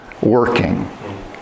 working